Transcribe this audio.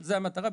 זאת המטרה.